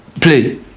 play